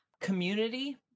community